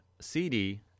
cd